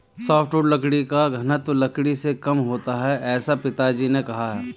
softwood लकड़ी का घनत्व लकड़ी से कम होता है ऐसा पिताजी ने कहा